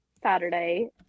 Saturday